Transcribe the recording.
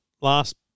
last